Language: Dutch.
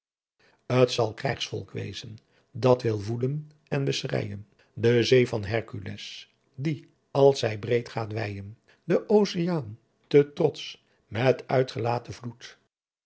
zal krijgsvolk wezen dat wil voelen en beschreijen de zee van herkules die als zy breedt gaat weijen den oceaan te trots met uitgelaten vloedt